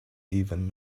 even